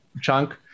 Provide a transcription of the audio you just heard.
chunk